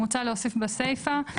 מוצע להוסיף בסיפה,